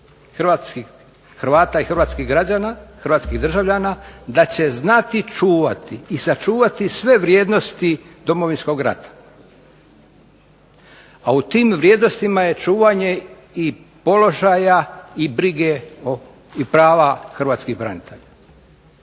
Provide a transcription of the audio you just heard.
hrvatskih državljana da će znati čuvati i sačuvati sve vrijednosti Domovinskog rata, a u tim vrijednostima je čuvanje i položaja i brige i prava hrvatskih branitelja.